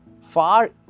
far